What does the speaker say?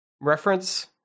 reference